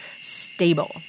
stable